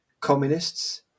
communists